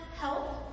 help